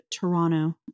toronto